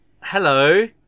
Hello